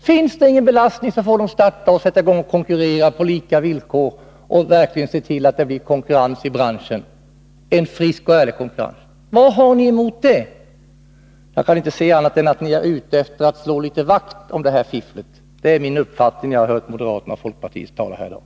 Finns det ingen belastning så får de grönt ljus och kan sätta i gång och konkurrera på lika villkor och se till att det blir en frisk och ärlig konkurrens i branschen. Vad har ni emot det? Jag kan inte se annat än att ni är ute efter att slå vakt om det här fifflet — det är min uppfattning efter att ha hört moderaterna och folkpartisterna tala här i dag.